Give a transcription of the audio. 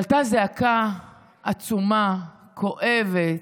עלתה זעקה עצומה, כואבת,